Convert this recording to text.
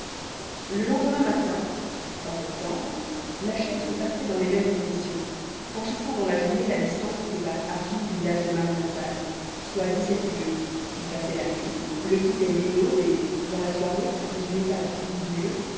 le lendemain matin septembre la chaise repartait dans les mêmes conditions franchissant dans la journée la distance qui sépare argin du village de marienthal soit dix-sept lieues y passait la nuit le quittait dès l'aube et dans la soirée après une étape de douze lieues